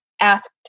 asked